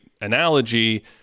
analogy